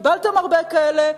קיבלתם הרבה כאלה,